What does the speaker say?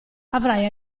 avrai